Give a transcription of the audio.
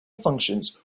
functions